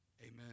Amen